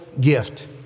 gift